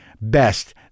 Best